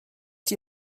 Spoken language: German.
die